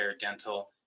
dental